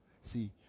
See